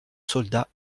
soldats